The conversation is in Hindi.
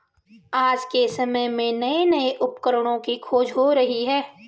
आज के समय में नये नये उपकरणों की खोज हो रही है